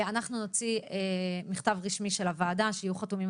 אנחנו נוציא מכתב רשמי של הוועדה שיהיו חתומים